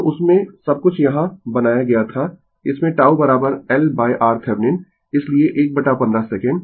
तो उसमें सब कुछ यहाँ बनाया गया था इसमें τ LRThevenin इसलिए 115 सेकंड